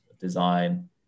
design